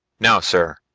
now sir,